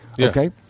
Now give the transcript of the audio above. okay